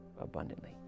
abundantly